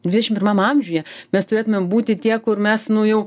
dvidešim pirmam amžiuje mes turėtumėm būti tie kur mes nu jau